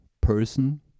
person